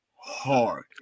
hard